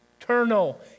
eternal